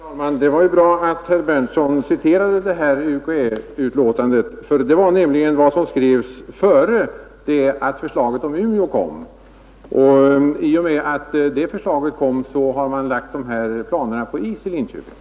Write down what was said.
Herr talman! Det var bra att herr Berndtson i Linköping citerade utlåtandet från UKÄ. Det skrevs nämligen innan förslaget om Umeå kom. I och med att det förslaget kom lade man de här planerna på is i Linköping.